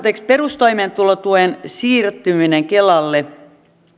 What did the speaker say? perustoimeentulotuen siirtyminen kelalle